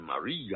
Maria